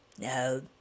No